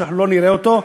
שלא נראה אותו,